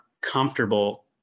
comfortable